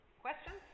Questions